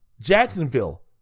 Jacksonville